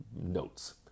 notes